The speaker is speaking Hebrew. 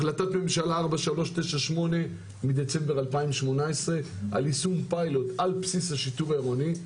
החלטת ממשלה 4398 מדצמבר 2018 על יישום פיילוט על בסיס השיטור העירוני.